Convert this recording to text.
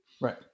Right